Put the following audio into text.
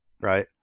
right